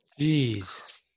Jeez